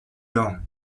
dents